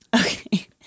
okay